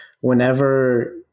whenever